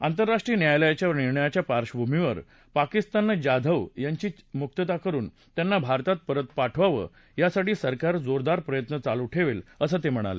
आंतरराष्ट्रीय न्यायालयाच्या निर्णयाच्या पार्श्वभूमीवर पाकिस्ताननं जाधव यांची मुक्तता करुन त्यांना भारतात परत पाठवावं यासाठी सरकार जोरदार प्रयत्न चालू ठेवेल असं ते म्हणाले